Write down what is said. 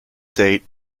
date